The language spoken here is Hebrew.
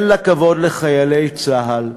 אין לה כבוד לחיילי צה"ל,